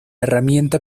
herramienta